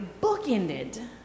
bookended